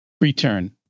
return